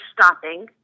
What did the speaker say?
stopping